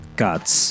guts